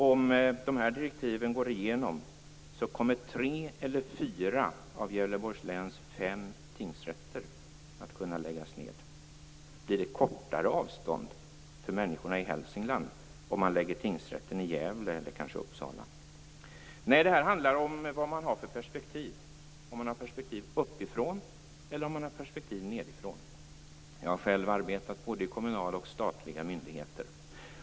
Om de här direktiven går igenom, kommer tre eller fyra av Gävleborgs läns fem tingsrätter att kunna läggas ned. Blir det kortare avstånd för människorna i Hälsingland om man lägger tingsrätten i Gävle eller kanske Uppsala? Nej, det här handlar om vad man har för perspektiv; om man har ett perspektiv uppifrån eller om man har ett perspektiv nedifrån. Jag har själv arbetat både i kommunala och statliga myndigheter.